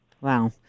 Wow